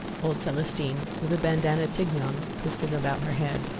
old celestine, with a bandana tignon twisted about her head,